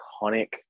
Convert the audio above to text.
iconic